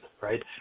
right